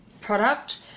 product